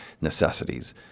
necessities